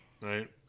Right